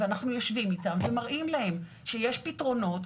ואנחנו יושבים איתם ומראים להם שיש פתרונות,